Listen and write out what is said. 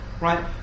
Right